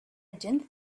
didn’t